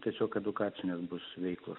tiesiog edukacinės bus veiklos